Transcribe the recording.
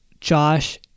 Josh